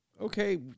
Okay